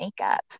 makeup